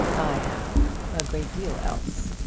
i have a great deal else.